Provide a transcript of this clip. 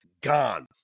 gone